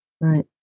Right